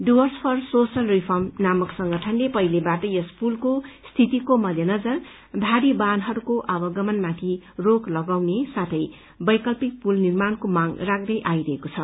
Dooars for Social Reform नामक संगठनले पहिलेबाटै यस पुलको स्थितिको मध्य नजर भारी वाहनहरूको आवागमनमाथि रोक लगाउने साथै वैकल्पिक पुल निर्माणको माग राख्दै आइरहेको छ